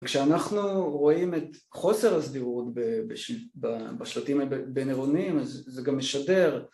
כשאנחנו רואים את חוסר הסדירות בשלטים הבינעירוניים אז זה גם משדר